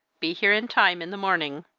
be here in time in the morning.